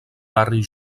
barri